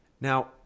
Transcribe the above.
now